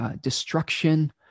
destruction